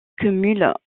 cumule